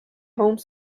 home